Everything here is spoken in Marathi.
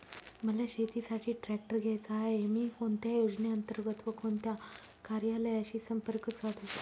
मला शेतीसाठी ट्रॅक्टर घ्यायचा आहे, मी कोणत्या योजने अंतर्गत व कोणत्या कार्यालयाशी संपर्क साधू?